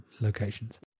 locations